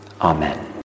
Amen